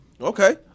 Okay